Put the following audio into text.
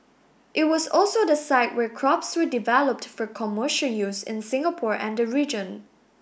it was also the site where crops were developed for commercial use in Singapore and the region